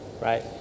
right